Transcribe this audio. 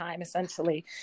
essentially